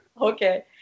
Okay